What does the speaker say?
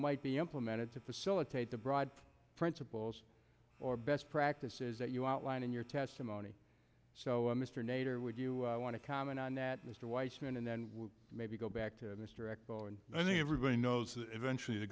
might be implemented to facilitate the broad principles or best practices that you outlined in your testimony so mr nader would you want to comment on that mr weissman and then maybe go back to mr eko and i think everybody knows that eventually the